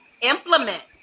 implement